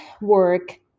work